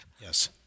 Yes